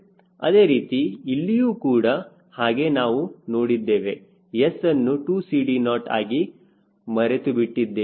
ಅದೇ ರೀತಿ ಇಲ್ಲಿಯೂ ಕೂಡ ಹಾಗೆ ನಾವು ನೋಡಿದ್ದೇವೆ S ಅನ್ನು 2CD0 ಆಗಿ ಮರೆತುಬಿಟ್ಟಿದ್ದೇನೆ